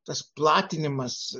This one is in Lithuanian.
tas platinimas